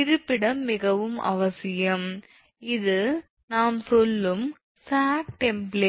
இருப்பிடம் மிகவும் அவசியம் இது நாம் சொல்லும் சாக் டெம்ப்ளேட்